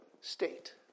state